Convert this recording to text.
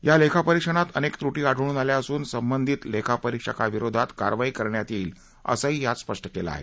या लेखापरीक्षणात अनेक त्र्टी आढळून आल्या असून संबंधित लेखापरीक्षका विरोधात कारवाई करण्यात येईल असंही यात स्पष्ट केलं आहे